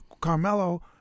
Carmelo